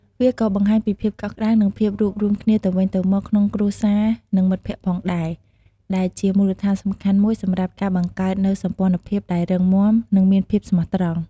វាក៏បង្ហាញពីភាពកក់ក្ដៅ និងភាពរួមរួមគ្នាទៅវិញទៅមកក្នុងគ្រួសារ និងមិត្តភក្តិផងដែរ ដែលជាមូលដ្ឋានសំខាន់មួយសម្រាប់ការបង្កើតនូវសម្ព័ន្ធភាពដែលរឹងមាំ និងមានភាពស្មោះត្រង់។